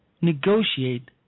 negotiate